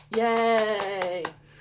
yay